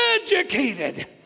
educated